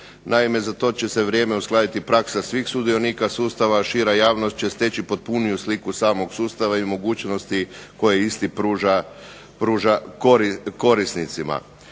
Naime, za to će se vrijeme uskladiti praksa svih sudionika sustava, a šira javnost će steći potpuniju sliku samog sustava i mogućnosti koje isti pruža korisnicima.